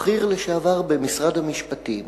בכיר לשעבר במשרד המשפטים,